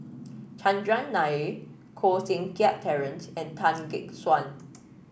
Chandran Nair Koh Seng Kiat Terence and Tan Gek Suan